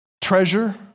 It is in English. treasure